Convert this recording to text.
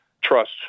trust